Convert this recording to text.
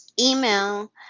email